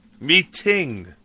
Meeting